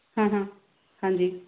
ਹਾਂ ਹਾਂ ਹਾਂਜੀ